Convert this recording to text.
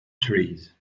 trees